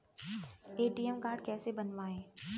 ATM card कैसे बनवाएँ?